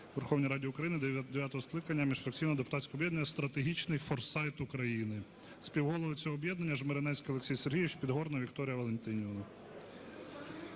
Верховній Раді України дев'ятого скликання міжфракційного депутатського об'єднання "Стратегічний форсайт України". Співголови цього об'єднання Жмеренецький Олексій Сергійович і Подгорна Вікторія Валентинівна.